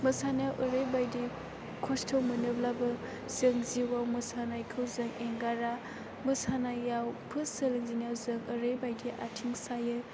मोसानो ओरैबायदि खस्थ' मोनोब्लाबो जों जिउआव मोसानायखौ नागारा मोसानायाव फार्स्ट सोलोंजेननायाव जों ओरैबायदि आथिं सायो